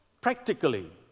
practically